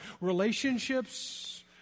Relationships